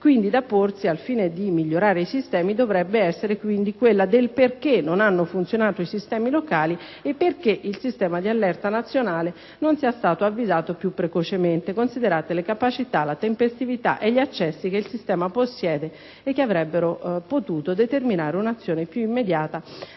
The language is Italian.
domanda da porsi, al fine di migliorare i sistemi, dovrebbe essere quindi quella del perché non hanno funzionato i sistemi locali e perché il Sistema di allerta nazionale non sia stato avvisato più precocemente, considerate la capacità, la tempestività e gli accessi che il Sistema possiede e che avrebbero potuto determinare un'azione più immediata